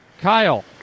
Kyle